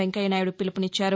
వెంకయ్యనాయుడు పిలుపునిచ్చారు